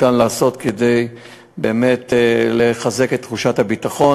לעשות כדי באמת לחזק את תחושת הביטחון.